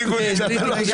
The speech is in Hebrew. אותך.